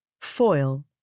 foil